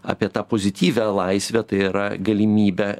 apie tą pozityvią laisvę t y galimybę